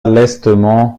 lestement